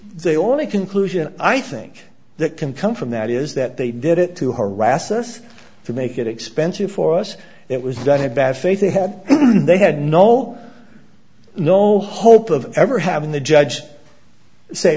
the only conclusion i think that can come from that is that they did it to harass us to make it expensive for us it was that had bad faith they had they had no no no hope of ever having the judge say